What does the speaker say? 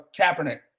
Kaepernick